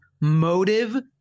motive